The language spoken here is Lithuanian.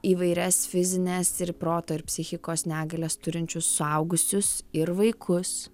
įvairias fizines ir proto ir psichikos negalias turinčius suaugusius ir vaikus